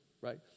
right